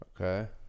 Okay